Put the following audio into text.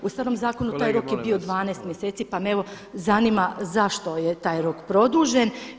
U starom zakonu taj rok je bio [[Upadica Jandroković: Kolege molim vas!]] 12 mjeseci, pa me evo zanima zašto je taj rok produžen.